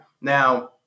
Now